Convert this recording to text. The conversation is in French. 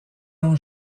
ans